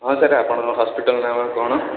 ହଁ ସାର୍ ଆପଣଙ୍କ ହସ୍ପିଟାଲ୍ ନାଁ କ'ଣ